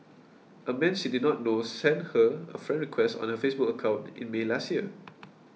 a man she did not know sent her a friend request on her Facebook account in May last year